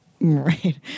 Right